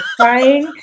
crying